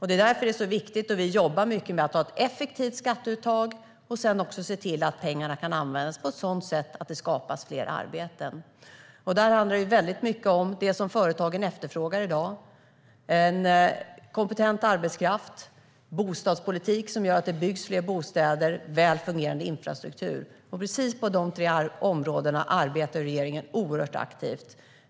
Det är därför det är viktigt och det är därför vi jobbar mycket med att ha ett effektivt skatteuttag och sedan se till att pengarna används så att fler arbeten skapas. Där handlar det mycket om det som företagen efterfrågar i dag, nämligen kompetent arbetskraft, en bostadspolitik som gör att fler bostäder byggs och väl fungerande infrastruktur. På precis de områdena arbetar regeringen oerhört aktivt.